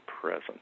present